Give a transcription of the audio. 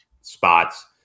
spots